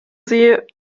sie